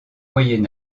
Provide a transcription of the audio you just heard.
moyen